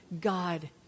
God